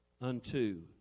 unto